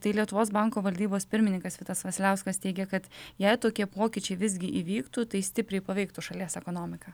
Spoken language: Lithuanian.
tai lietuvos banko valdybos pirmininkas vitas vasiliauskas teigia kad jei tokie pokyčiai visgi įvyktų tai stipriai paveiktų šalies ekonomiką